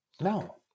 no